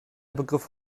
begriff